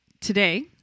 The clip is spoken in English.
today